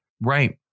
Right